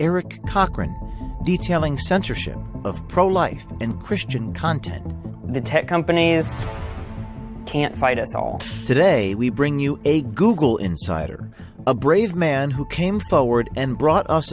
erik cochrane detailing censorship of pro life and christian content in the tech companies can't bite us all today we bring you a google insider a brave man who came forward and brought us